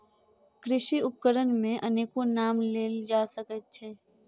कृषि उपकरण मे अनेको नाम लेल जा सकैत अछि